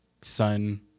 son